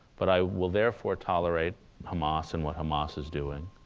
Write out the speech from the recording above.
but i will therefore tolerate hamas and what hamas is doing'?